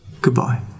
Goodbye